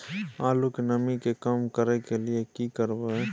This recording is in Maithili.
आलू के नमी के कम करय के लिये की करबै?